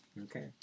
Okay